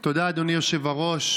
תודה, אדוני היושב-ראש.